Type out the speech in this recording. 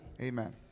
Amen